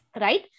Right